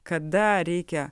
kada reikia